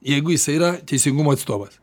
jeigu jisai yra teisingumo atstovas